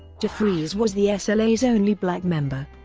defreeze was the ah sla's only black member.